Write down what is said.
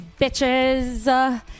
bitches